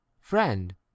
friend